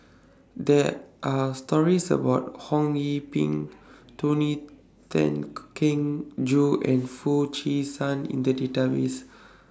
There Are stories about Ho Yee Ping Tony Tan Keng Joo and Foo Chee San in The Database